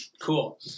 cool